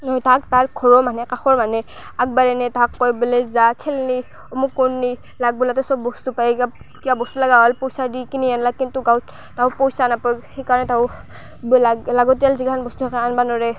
তাহাক তাৰ ঘৰৰ মানহে কাষৰ মানহে আগবাঢ়াই নিয়ে তাহাক কয় বোলে যা খেললি অমুক কৰলি লাগ বোলোতে চব বস্তু পাই কিবা কিবা বস্তু লাগা হ'ল পইচা দি কিনি আনলা কিন্তু গাঁৱত তাহোক পইচা নাপৱ সেইকাৰণে তাহো লাগ লাগতিয়াল যিগিলাখান বস্তু থাকে আনবা নৰে